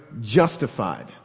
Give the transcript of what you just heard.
justified